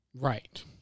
Right